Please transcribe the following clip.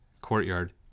courtyard